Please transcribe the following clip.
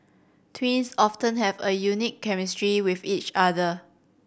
twins often have a unique chemistry with each other